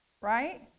right